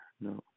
no